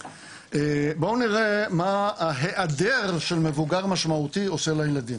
בואו נראה מה היעדר של מבוגר משמעותי עושה לילדים?